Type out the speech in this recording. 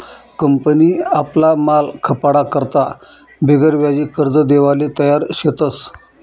company आपला माल खपाडा करता बिगरव्याजी कर्ज देवाले तयार शेतस